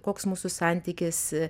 koks mūsų santykis